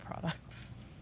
products